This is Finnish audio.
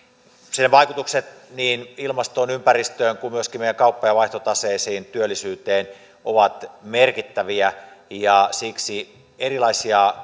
sen vaikutukset niin ilmastoon ympäristöön kuin myöskin meidän kauppa ja vaihtotaseeseen työllisyyteen ovat merkittäviä siksi erilaisia